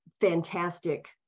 fantastic